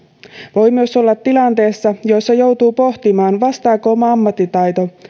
voi myös olla tilanteessa jossa joutuu pohtimaan vastaako oma ammattitaito